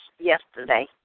yesterday